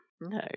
No